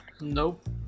Nope